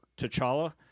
T'Challa